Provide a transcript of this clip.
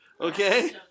Okay